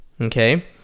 okay